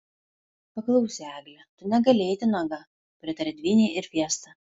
paklausė eglė tu negali eiti nuoga pritarė dvynei ir fiesta